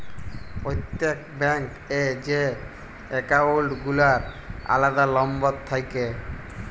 প্রত্যেক ব্যাঙ্ক এ যে একাউল্ট গুলার আলাদা লম্বর থাক্যে